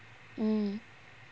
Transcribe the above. mm mm